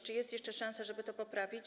Czy jest jeszcze szansa, żeby to poprawić?